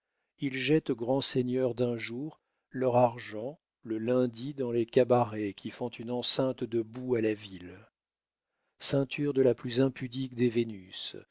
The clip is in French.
ils jettent grands seigneurs d'un jour leur argent le lundi dans les cabarets qui font une enceinte de boue à la ville ceinture de la plus impudique des vénus